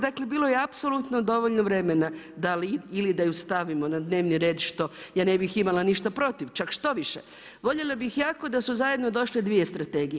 Dakle, bilo je apsolutno dovoljno vremena ili da ju stavimo na dnevni red što ja ne bih imala ništa protiv, čak štoviše, voljela bih jako da su zajedno došle dvije strategije.